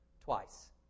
twice